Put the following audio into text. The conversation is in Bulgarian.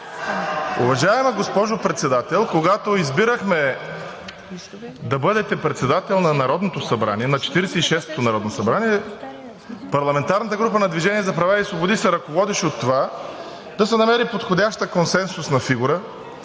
Уважаема госпожо Председател, когато избирахме да бъдете председател на Народното събрание, на 46-ото народно събрание, парламентарната група на „Движение за права и свободи“ се ръководеше от това да се намери подходяща консенсусна фигура,